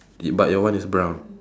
but your one is brown